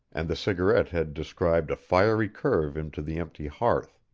and the cigarette had described a fiery curve into the empty hearth.